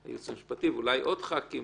של הייעוץ המשפטי ואולי עוד חברי כנסת